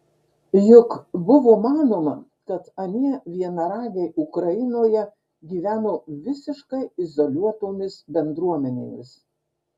juk buvo manoma kad anie vienaragiai ukrainoje gyveno visiškai izoliuotomis bendruomenėmis